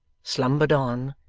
slumbered on,